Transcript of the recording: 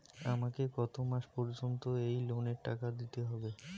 আমাকে কত মাস পর্যন্ত এই লোনের টাকা দিতে হবে?